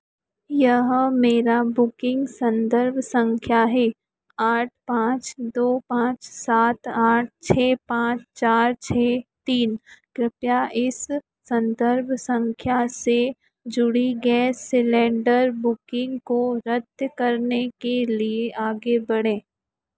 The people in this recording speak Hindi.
यह मेरा बुकिंग सन्दर्भ संख्या है आठ पाँच दो पाँच सात आठ छः पाँच चार छः तीन कृपया इस सन्दर्भ संख्या से जुड़ी गैस सिलेण्डर बुकिंग को रद्द करने के लिए आगे बढ़ें